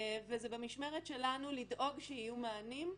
זה במשמרת שלנו לדאוג שיהיו מענים.